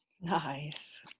Nice